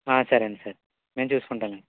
సరేనండి సరే నేను చూసుకుంటాలెండి